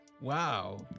wow